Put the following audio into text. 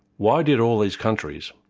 why did all these countries,